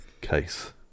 case